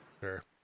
Sure